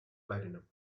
platinum